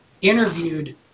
interviewed